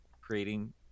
creating